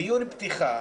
דיון פתיחה,